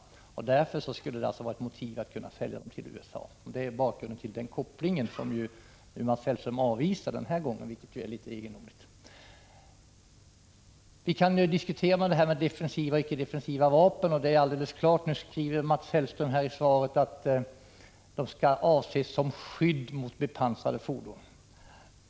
Därför skulle det vara möjligt att sälja dem till USA. Det är bakgrunden till denna koppling, som Mats Hellström avvisar den här gången, vilket ju är litet egendomligt. Vi kan diskutera vad som är defensiva och icke defensiva vapen. Nu skriver Mats Hellström att vapnen är avsedda som skydd mot bepansrade och beväpnade fordon.